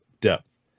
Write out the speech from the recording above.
depth